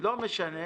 לא משנה.